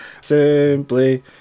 Simply